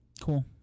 Cool